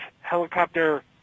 helicopter